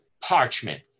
parchment